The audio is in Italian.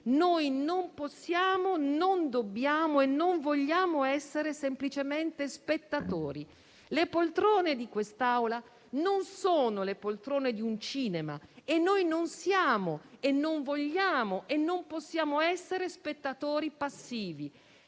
Non possiamo, non dobbiamo e non vogliamo essere semplicemente spettatori. Le poltrone di quest'Aula non sono quelle di un cinema e noi non siamo, non vogliamo e non possiamo essere spettatori passivi.